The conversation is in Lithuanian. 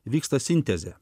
vyksta sintezė